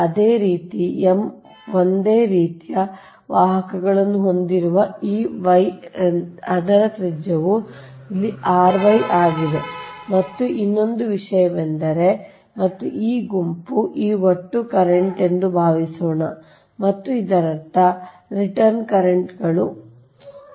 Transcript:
ಅದೇ ರೀತಿ m ಒಂದೇ ರೀತಿಯ ವಾಹಕಗಳನ್ನು ಹೊಂದಿರುವ ಈ Y ಅದರ ತ್ರಿಜ್ಯವು ಇಲ್ಲಿ r y ಆಗಿದೆ ಮತ್ತು ಇನ್ನೊಂದು ವಿಷಯವೆಂದರೆ ಮತ್ತು ಈ ಗುಂಪು ಈ ಒಟ್ಟು ಕರೆಂಟ್ ಎಂದು ಭಾವಿಸೋಣ ಮತ್ತು ಇದರರ್ಥ ರಿಟರ್ನ್ ಕರೆಂಟ್ಗಳು I